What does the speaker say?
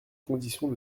conditions